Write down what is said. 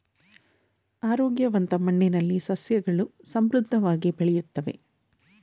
ಆರೋಗ್ಯವಂತ ಮಣ್ಣಿನಲ್ಲಿ ಸಸ್ಯಗಳು ಸಮೃದ್ಧವಾಗಿ ಬೆಳೆಯುತ್ತವೆ